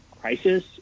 crisis